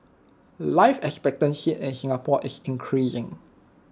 life expectancy in Singapore is increasing